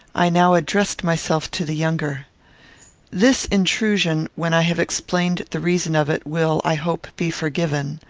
i now addressed myself to the younger this intrusion, when i have explained the reason of it, will, i hope, be forgiven.